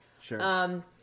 Sure